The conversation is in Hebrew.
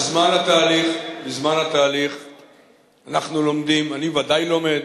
בזמן התהליך אנחנו לומדים, אני ודאי לומד,